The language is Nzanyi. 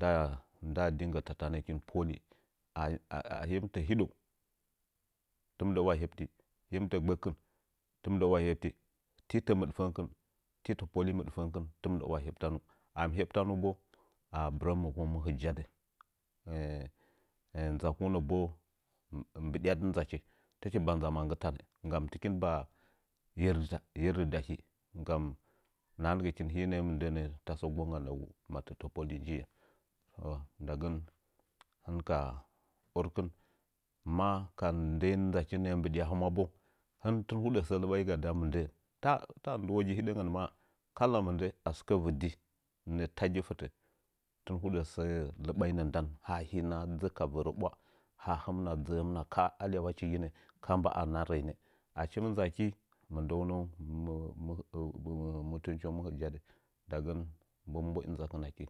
"Daa-daa dinggə” tatanəkin poli ahin tə hədə tində'wa huɓtə nim tə gbəkɨn tɨm ndə iwa hebti ti tə mɨɗfəngkɨn ti tə pəli mɨɗfəngkɨn timndə wa heɓtanu am hebtanu bo are bɨrəməkung mɨ hɨjaddɨ ndzakung mɨ hɨjaddɨ nzakung nəbo mbidyadɨ ndzachi ti mba ndza ma nggɨ tan nggam tɨ kin mba yerdɨta yerda ndahi nahangɨkin hii nə'ə tasə gongga ndagu ndɨ tətə poli njiye ah ndagən hɨn ka ərkɨn maka ndəi nzachi nə'ə mbɨɗi a hɨmwa bo tun hudə səə ləbaiga nda mɨndə ta ta ndɨwogi hidəngən maa kala mɨndə asɨkə vɨdi nə'ə tagi gitə hɨn huɗə səəa lɨbainə ndan haa hunə dhɨ ka vərə ɓwa ha hɨmna dzə'ə hɨmna ka'ainə alyawa chiginə kamba a harrəinə achi mɨ ndza aki mɨndəunəung mɨ mutuncenng mɨ hɨjadɨ ndagən mbo mbəi ndzakɨn aki